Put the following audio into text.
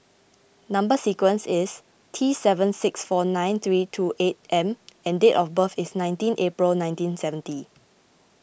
Number Sequence is T seven six four nine three two eight M and date of birth is nineteen April nineteen seventy